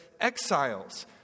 exiles